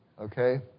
Okay